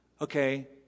Okay